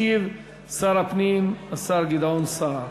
ישיב שר הפנים גדעון סער.